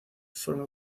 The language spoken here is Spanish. forma